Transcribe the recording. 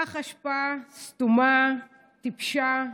"פח אשפה", "סתומה", "טיפשה",